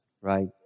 Right